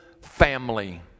family